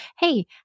hey